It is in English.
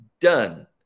done